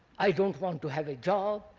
i don't want to have a job,